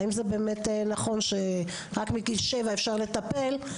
האם זה באמת נכון שרק מגיל שבע אפשר לטפל?